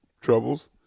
troubles